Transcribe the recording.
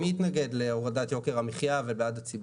מי יתנגד להורדת יוקר המחיה ובעד הציבור?